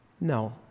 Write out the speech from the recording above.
No